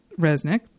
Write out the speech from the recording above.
Resnick